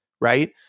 right